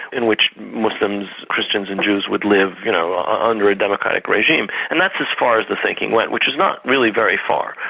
in which muslims, christians and jews would live you know ah under a democratic regime, and that's as far as the thinking went, which is not really very far,